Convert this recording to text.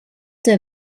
der